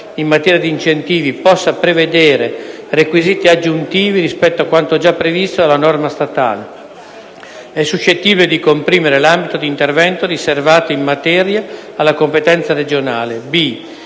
in materia di incentivi possa prevedere requisiti aggiuntivi rispetto a quanto giaprevisto alla norma statale, e suscettibile di comprimere l’ambito di intervento riservato in materia alla competenza regionale;